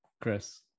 Chris